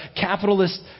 capitalist